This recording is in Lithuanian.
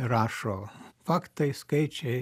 rašo faktai skaičiai